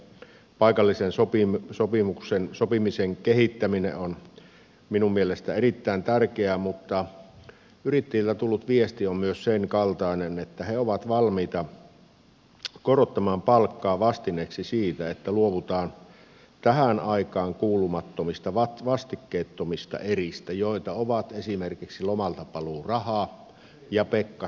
paikallisen sopimisen kehittäminen on minun mielestäni erittäin tärkeää mutta yrittäjiltä tullut viesti on myös sen kaltainen että he ovat valmiita korottamaan palkkaa vastineeksi siitä että luovutaan tähän aikaan kuulumattomista vastikkeettomista eristä joita ovat esimerkiksi lomaltapaluuraha ja pekkasvapaat